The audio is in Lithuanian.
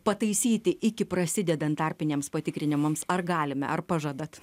pataisyti iki prasidedant tarpiniams patikrinimams ar galime ar pažadat